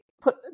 put